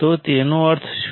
તો તેનો અર્થ શું છે